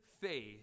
faith